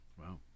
Wow